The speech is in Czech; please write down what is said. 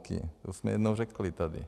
To jsme jednou řekli tady.